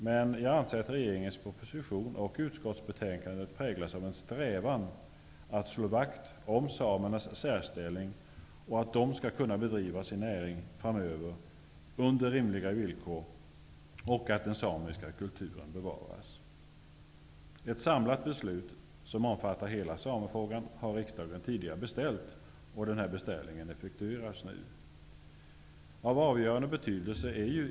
Men jag anser att regeringens proposition och utskottsbetänkandet präglas av en strävan att slå vakt om samernas särställning, så att de under rimliga villkor skall kunna bedriva sin näring framöver, och en strävan att den samiska kulturen skall kunna bevaras. Riksdagen har tidigare beställt ett samlat beslut som omfattar hela samefrågan, och denna beställning effektueras nu.